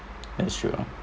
that's true